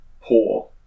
poor